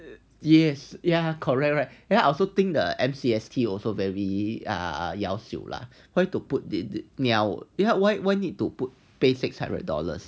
yes ya correct right then I also think the M_C_S_T also very err yao siew lah why to put the niao you why why need to put pay six hundred dollars